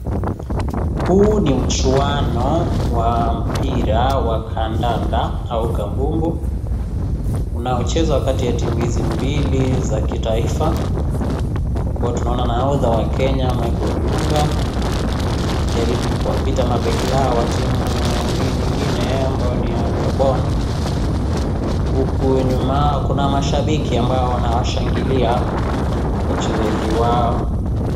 Huu ni mchuano wa mpira wa kadanda au kambumbu, unao chezwa kati ya timu hizi mbili za kitaifa, kwa kuwa tunaona nahotha wa kenya Michael Olunga akijaribu kuwapita mabeki hao wa timu hii nyingine ambayo niya ngamboa, huku nyuma yao kuna mashambiki ambao wanawashangilia wachezaji wao.